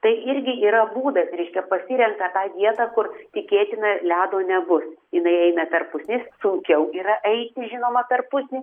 tai irgi yra būdas reiškia pasirenka tą vietą kur tikėtina ledo nebus jinai eina per pusnis sunkiau yra eiti žinoma per pusnį